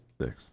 Six